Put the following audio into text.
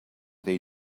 they